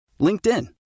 LinkedIn